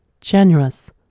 generous